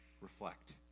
reflect